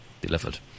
delivered